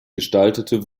gestaltete